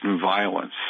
violence